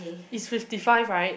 is fifty five right